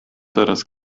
teraz